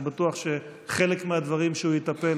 אני בטוח שחלק מהדברים שהוא יטפל